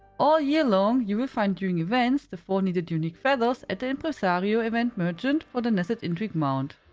all year long you will find during events the four needed unique feathers at the impresario event merchant for the nascent indrik mount.